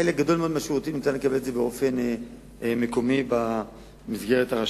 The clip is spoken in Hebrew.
חלק גדול מהשירותים ניתן לקבל באופן מקומי במסגרת הרשות.